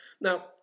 Now